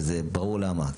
וברור למה.